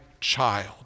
child